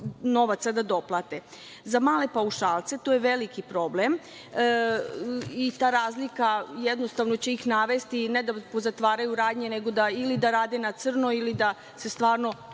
novca da doplate. Za male paušalce to je veliki problem i ta razlika jednostavno će ih navesti, ne da pozatvaraju radnje, nego da ili da rade na crno ili da se stvarno